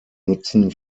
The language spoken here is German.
nutzen